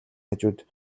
хажууд